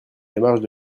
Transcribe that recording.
démarche